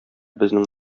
безнең